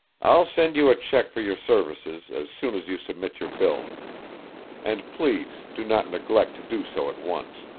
i'll send you a check for your services as soon as you submit your bill and please do not neglect to do so at once.